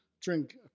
drink